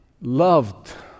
loved